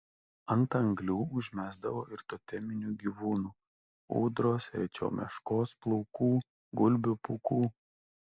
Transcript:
ant anglių užmesdavo ir toteminių gyvūnų ūdros rečiau meškos plaukų gulbių pūkų